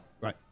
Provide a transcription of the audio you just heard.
Right